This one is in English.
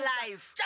life